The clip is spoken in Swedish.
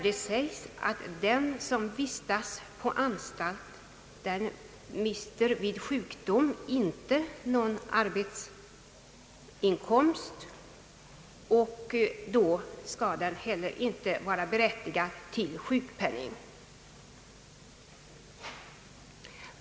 Det sägs där att den som vistas på anstalt vid sjukdom inte mister någon arbetsinkomst och därför inte heller skall vara berättigad till sjukpenning.